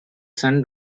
son